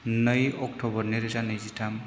नै अक्ट'बर नैरोजा नैजिथाम